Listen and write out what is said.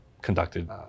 conducted